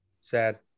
Sad